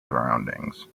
surroundings